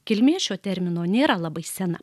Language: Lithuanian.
kilmė šio termino nėra labai sena